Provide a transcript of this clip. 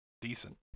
decent